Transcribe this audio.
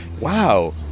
wow